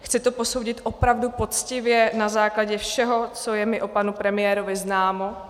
Chci to posoudit opravdu poctivě na základě všeho, co je mi o panu premiérovi známo.